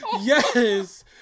yes